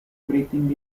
breathing